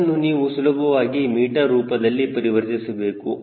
ಅದನ್ನು ನೀವು ಸುಲಭವಾಗಿ ಮೀಟರ್ ರೂಪದಲ್ಲಿ ಪರಿವರ್ತಿಸಬಹುದು 363